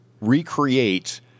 recreate